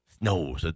No